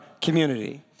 community